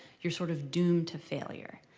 you're sort of doomed to failure.